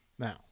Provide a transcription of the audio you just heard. now